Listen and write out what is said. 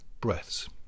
breaths